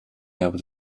able